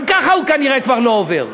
גם ככה הוא כנראה כבר לא עובר.